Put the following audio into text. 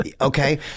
okay